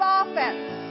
offense